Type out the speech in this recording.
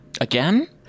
Again